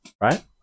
right